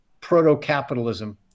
proto-capitalism